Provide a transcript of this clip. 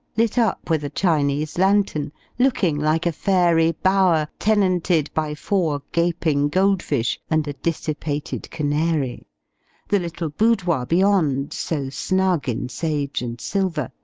lit up with a chinese lanthorn looking like a fairy bower, tenanted by four gaping gold-fish and a dissipated canary the little boudoir, beyond, so snug in sage and silver,